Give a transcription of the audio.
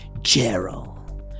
Gerald